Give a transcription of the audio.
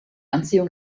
anziehung